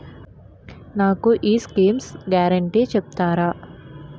నాకు ఈ schemes guarantee చెప్తారా?